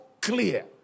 clear